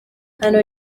hano